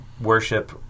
worship